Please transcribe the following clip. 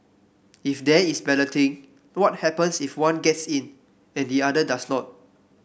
if there is balloting what happens if one gets in and the other does not